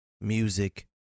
music